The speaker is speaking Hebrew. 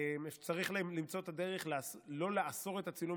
צריך למצוא את הדרך לא לאסור את הצילום